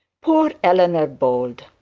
poor eleanor bold!